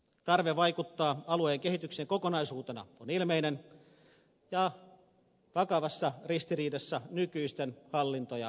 tarve vaikuttaa alueen kehitykseen kokonaisuutena on ilmeinen ja vakavassa ristiriidassa nykyisten hallinto ja hallintamekanismien kanssa